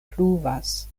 pluvas